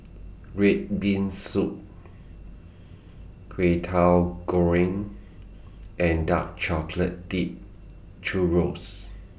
Red Bean Soup Kwetiau Goreng and Dark Chocolate Dipped Churro's